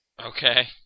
okay